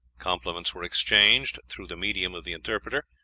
compliments were exchanged through the medium of the interpreter,